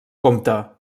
comte